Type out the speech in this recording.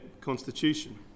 constitution